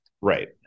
Right